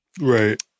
right